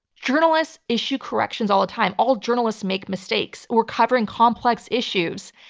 journalists issue corrections all the time. all journalists make mistakes. we're covering complex issues,